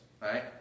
right